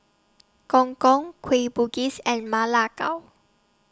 Gong Gong Kueh Bugis and Ma Lai Gao